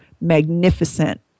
magnificent